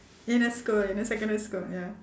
in a school in the secondary school ya